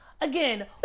again